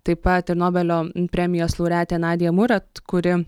taip pat ir nobelio premijos laureatė nadija murat kuri